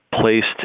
placed